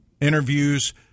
interviews